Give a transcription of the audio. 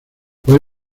fue